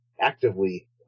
actively